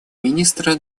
министра